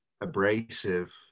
abrasive